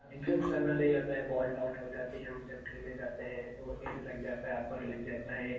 defence करना नहीं आता है बाल डॉट हो जाती है हम जब खेलने जाते हैं तो एड्ज लग जाता है अपर लग जाता है